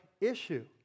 issue